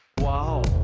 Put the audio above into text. wow,